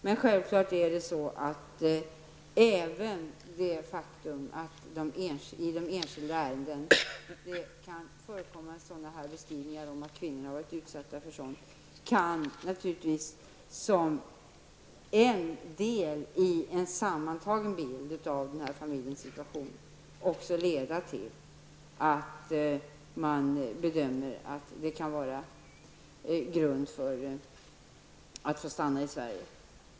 Men självfallet kan det faktum att kvinnor har varit utsatta för sådana här övergrepp, när det ingår som en del i en sammantagen bild av en familjs situation, leda till att man bedömer att det finns grund för att familjen skall få stanna i Sverige.